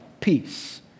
peace